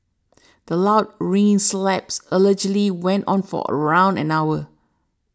the loud ringing slaps allegedly went on for around an hour